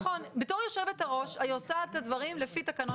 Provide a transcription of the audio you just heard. יושבת הראש עושה את הדברים לפי תקנון